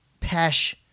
pesh